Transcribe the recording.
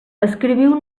escriviu